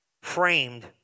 framed